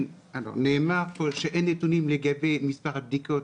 ונאמר פה שאין נתונים לגבי מספר הבדיקות,